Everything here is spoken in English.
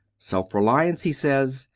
self-reliance, he says,